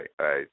right